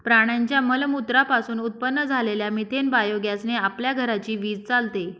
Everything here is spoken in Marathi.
प्राण्यांच्या मलमूत्रा पासून उत्पन्न झालेल्या मिथेन बायोगॅस ने आपल्या घराची वीज चालते